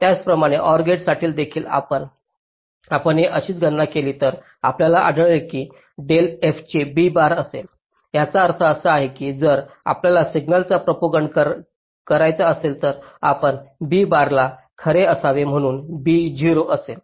त्याचप्रमाणे OR गेटसाठी देखील जर आपणही अशीच गणना केली तर आपल्याला आढळेल की del f del b bar असेल ज्याचा अर्थ असा आहे की जर आपल्याला सिग्नलचा प्रोपागंट करायचा असेल तर आपल्या बी बारला खरे असावे म्हणजे b 0 असेल